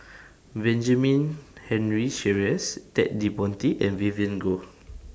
Benjamin Henry Sheares Ted De Ponti and Vivien Goh